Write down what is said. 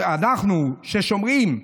אנחנו ששומרים,